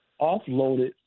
offloaded